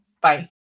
Bye